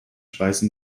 speisen